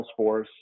Salesforce